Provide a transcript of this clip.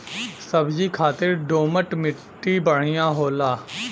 सब्जी खातिर दोमट मट्टी बढ़िया होला